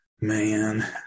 Man